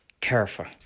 careful